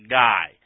guy